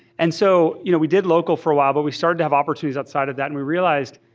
and so you know we did local for a while, but we started to have opportunities outside of that. and we realized